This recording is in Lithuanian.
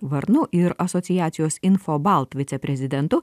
varnu ir asociacijos infobalt viceprezidentu